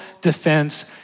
defense